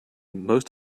most